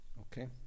Okay